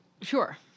Sure